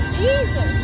Jesus